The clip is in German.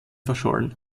verschollen